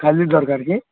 କାଲି ଦରକାର କି